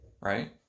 Right